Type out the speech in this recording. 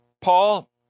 Paul